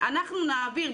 אנחנו נעביר,